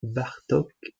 bartók